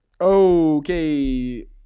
Okay